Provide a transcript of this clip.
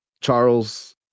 Charles